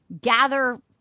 gather